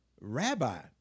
Rabbi